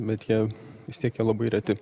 bet jie vis tiek jie labai reti